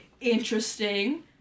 interesting